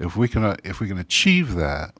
if we can if we can achieve that